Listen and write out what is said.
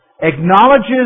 acknowledges